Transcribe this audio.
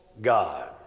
God